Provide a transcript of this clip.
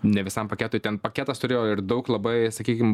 ne visam paketui ten paketas turėjo ir daug labai sakykim